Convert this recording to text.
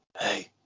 Hey